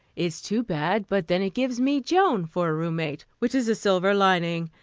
is too bad but then it gives me joan for a roommate, which is a silver lining,